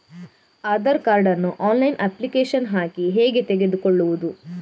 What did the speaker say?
Aadhaar card ನ್ನು online application ಹಾಕಿ ಹೇಗೆ ತೆಗೆದುಕೊಳ್ಳುವುದು?